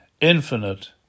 infinite